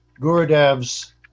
Gurudev's